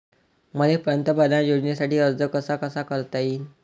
मले पंतप्रधान योजनेसाठी अर्ज कसा कसा करता येईन?